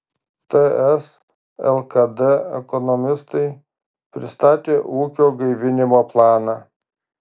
ts lkd ekonomistai pristatė ūkio gaivinimo planą